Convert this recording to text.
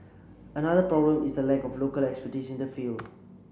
another problem is the lack of local in the field